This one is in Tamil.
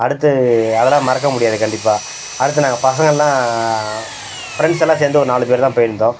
அடுத்தது அதலாம் மறக்க முடியாது கண்டிப்பாக அடுத்தது நாங்கள் பசங்கள்லாம் ஃப்ரெண்ட்ஸ் எல்லாம் சேர்ந்து ஒரு நாலு பேரு தான் போயிருந்தோம்